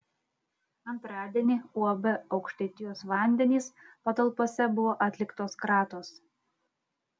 antradienį uab aukštaitijos vandenys patalpose buvo atliktos kratos